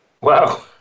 Wow